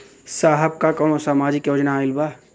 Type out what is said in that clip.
साहब का कौनो सामाजिक योजना आईल बा?